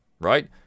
right